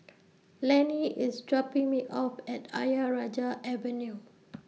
Laney IS dropping Me off At Ayer Rajah Avenue